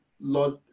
Lord